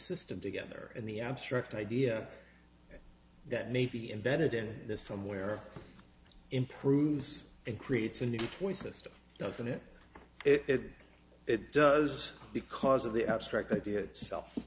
system together in the abstract idea that maybe embedded in this somewhere improves and creates a new twenty system doesn't it if it does because of the abstract idea itself